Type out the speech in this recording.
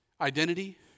identity